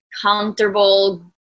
comfortable